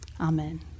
Amen